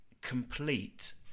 complete